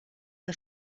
que